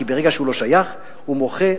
כי ברגע שהוא לא שייך הוא מוחה,